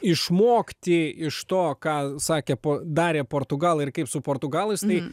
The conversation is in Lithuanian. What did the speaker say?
išmokti iš to ką sakė po darė portugalai ir kaip su portugalais tai